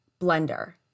blender